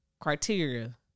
criteria